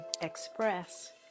express